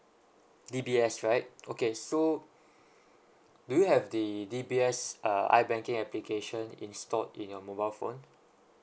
D_B_S right okay so do you have the D_B_S uh I banking application installed in your mobile phone